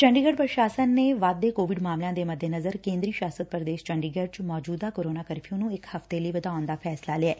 ਚੰਡੀਗੜ ਪ੍ਰਸ਼ਸਨ ਨੇ ਵਧਦੇ ਕੋਵਿਡ ਮਾਮਲਿਆਂ ਦੇ ਮੱਦੇਨਜ਼ਰ ਕੇਂਦਰੀ ਸ਼ਾਸਤ ਪ੍ਰਦੇਸ਼ ਚੰਡੀਗੜ ਚ ਮੌਚੁਦਾ ਕੋਰੋਨਾ ਕਰਫਿਉ ਨੁੰ ਇਕ ਹਫ਼ਤੇ ਲਈ ਵਧਾਉਣ ਦਾ ਫੈਸਲਾ ਲਿਐ